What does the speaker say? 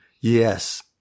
Yes